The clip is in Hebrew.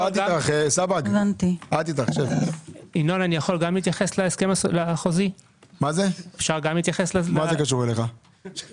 ישראל, תתייחסו בבקשה לנושא החוזי, מה שאמרה